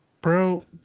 Bro